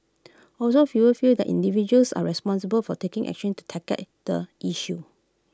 also fewer feel that individuals are responsible for taking action to tackle at the issue